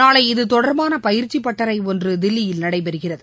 நாளை இது தொடர்பான பயிற்சி பட்டறை ஒன்று தில்லியில் நடைபெறுகிறது